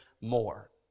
more